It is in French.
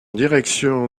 direction